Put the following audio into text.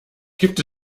gibt